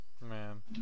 man